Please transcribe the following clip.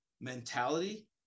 mentality